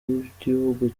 b’igihugu